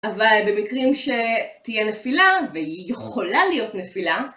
אבל במקרים שתהיה נפילה, ויכולה להיות נפילה...